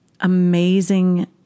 amazing